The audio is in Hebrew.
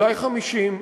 אולי 50?